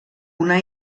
una